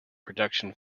production